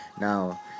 now